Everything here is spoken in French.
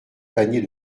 paniers